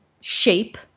shape